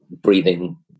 breathing